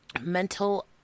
mental